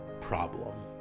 problem